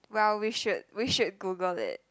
well we should we should Google it